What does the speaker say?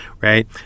right